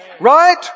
Right